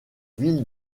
ville